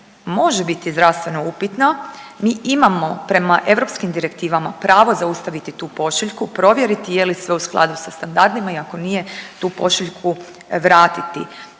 može biti zdravstveno upitna, mi imamo prema europskim direktivama pravo zaustaviti tu pošiljku, provjeriti je li sve u skladu sa standardima i ako nije tu pošiljku vratiti.